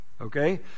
okay